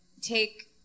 take